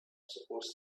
supposed